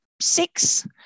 six